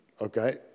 Okay